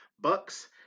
Bucks